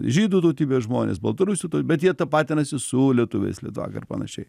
žydų tautybės žmonės baltarusių tau bet jie tapatinasi su lietuviais litvakai ir panašiai